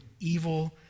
evil